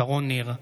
שרון ניר,